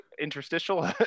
interstitial